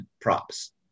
props